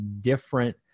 different